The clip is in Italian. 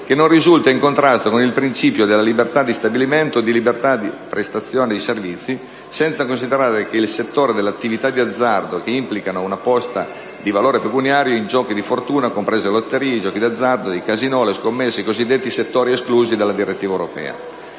che non risulta in contrasto con il principio della libertà di stabilimento e di libera prestazione dei servizi, senza considerare che il settore dell'attività di azzardo, che implica una posta di valore pecuniario in giochi di fortuna, comprese lotterie, i giochi d'azzardo nei casinò e le scommesse è tra i cosiddetti settori esclusi dalla direttiva europea